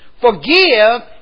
Forgive